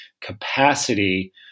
capacity